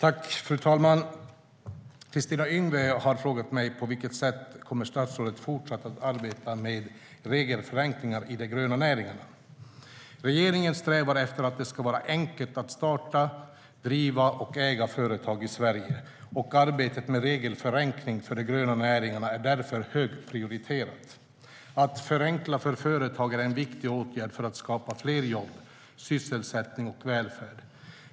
Fru talman! Kristina Yngwe har frågat mig på vilket sätt jag kommer att fortsätta att arbeta med regelförenklingar för de gröna näringarna. Regeringen strävar efter att det ska vara enkelt att starta, driva och äga företag i Sverige, och arbetet med regelförenkling för de gröna näringarna är därför högt prioriterat. Att förenkla för företagen är en viktig åtgärd för att skapa fler jobb, sysselsättning och välfärd.